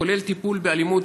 כולל טיפול באלימות,